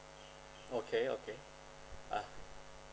okay okay uh